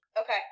Okay